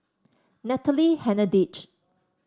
Natalie Hennedige